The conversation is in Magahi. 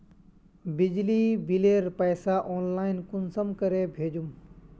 बिजली बिलेर पैसा ऑनलाइन कुंसम करे भेजुम?